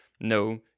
no